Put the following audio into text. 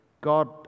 God